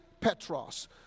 Petros